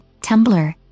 Tumblr